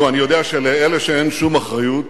אני יודע, לאלה שאין שום אחריות